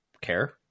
care